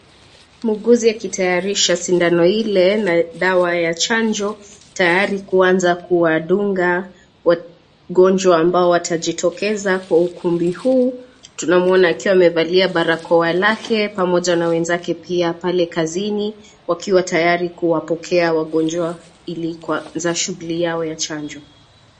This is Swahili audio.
Muuguzi akitayarisha sindano ile na dawa ya chanjo tayari kuanza kuwadunga wagonjwa ambao watajitokeza kwa ukumbi huu. Tunamwona akiwa amevalia barakoa lake pamoja na wenzake pia pale kazini , wakiwa tayari kuwapokea wagonjwa ili kuanza shughuli yao ya chanjo.